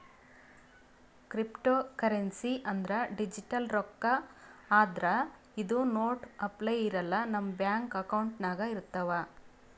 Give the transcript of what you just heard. cryptocurrency ಅಂದ್ರ digital ರೊಕ್ಕಾ ಆದ್ರ್ ಇದು ನೋಟ್ ಅಪ್ಲೆ ಇರಲ್ಲ ನಮ್ ಬ್ಯಾಂಕ್ ಅಕೌಂಟ್ನಾಗ್ ಇರ್ತವ್